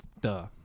Duh